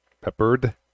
peppered